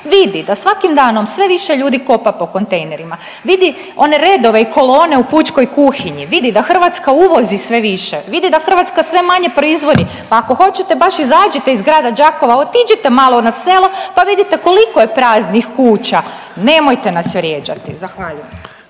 vidi da svakim danom sve više ljudi kopa po kontejnerima, vidi one redove i kolone u pučkoj kuhinji, vidi da Hrvatska uvodi sve više, vidi da Hrvatska sve manje proizvodi. Pa ako hoćete baš izađite iz grada Đakova otiđite malo na selo pa vidite koliko je praznih kuća. Nemojte nas vrijeđati. Zahvaljujem.